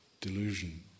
delusion